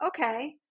Okay